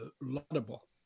laudable